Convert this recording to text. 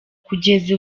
kugeza